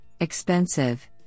expensive